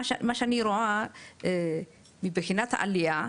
מה שאני רואה מבחינת העלייה,